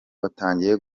watangiye